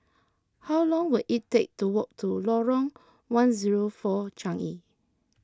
how long will it take to walk to Lorong one zero four Changi